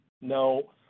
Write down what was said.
No